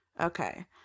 Okay